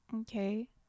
Okay